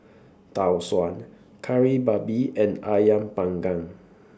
Tau Suan Kari Babi and Ayam Panggang